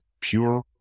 pure